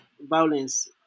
violence